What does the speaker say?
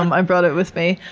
um i brought it with me.